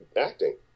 acting